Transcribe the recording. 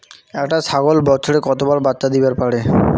একটা ছাগল বছরে কতবার বাচ্চা দিবার পারে?